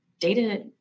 data